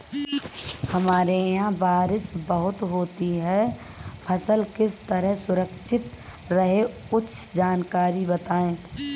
हमारे यहाँ बारिश बहुत होती है फसल किस तरह सुरक्षित रहे कुछ जानकारी बताएं?